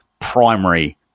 primary